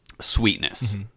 sweetness